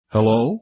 Hello